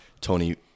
Tony